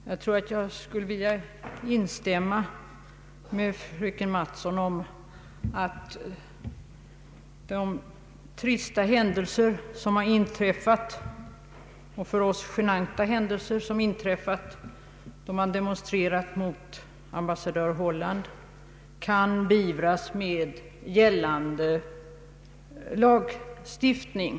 Herr talman! Jag skulle vilja instämma med fröken Mattson i att de trista och för oss genanta händelser som inträffat då man demonstrerat mot ambassadör Holland kan beivras med stöd av gällande lagstiftning.